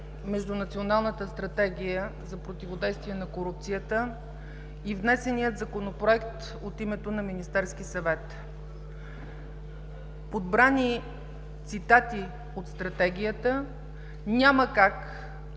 между Националната стратегия за противодействие на корупцията и внесения Законопроект от името на Министерския съвет. Подбрани цитати от Стратегията няма как